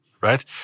right